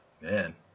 Man